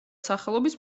სახელობის